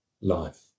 life